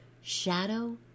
shadow